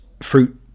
fruit